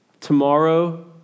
tomorrow